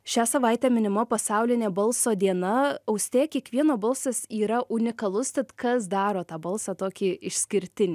šią savaitę minima pasaulinė balso diena austėja kiekvieno balsas yra unikalus tad kas daro tą balsą tokį išskirtinį